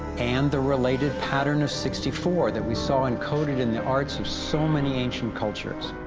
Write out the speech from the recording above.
and the related pattern of sixty four, that we saw encoded in the art of so many ancient cultures.